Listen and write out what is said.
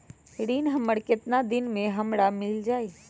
ऋण हमर केतना दिन मे हमरा मील जाई?